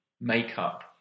Makeup